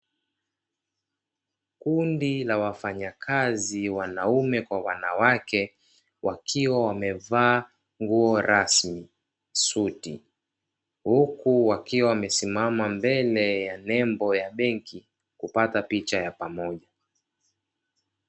Kundi la wafanyakazi wanaume kwa wanawake wakiwa wamevaa nguo rasmi, suti huku wakiwa wamesimama mbele ya nembo ya benki kupata picha ya pamoja.